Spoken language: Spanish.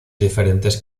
diferentes